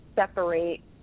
separate